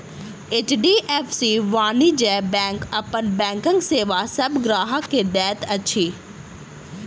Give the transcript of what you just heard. HDFC वाणिज्य bank अपन बैंकक सेवा सभ ग्राहक के दैत अछि